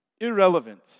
Irrelevant